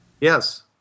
Yes